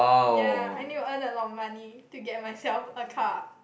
ya I need to earn a lot of money to get myself a car